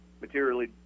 materially